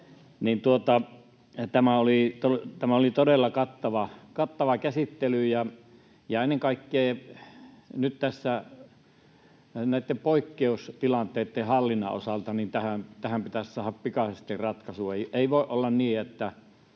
tämä oli todella kattava käsittely. Tässä nyt ennen kaikkea näitten poikkeustilanteitten hallinnan osalta pitäisi saada pikaisesti ratkaisu. Ei voi olla niin, että